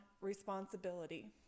responsibility